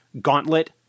Gauntlet